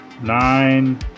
Nine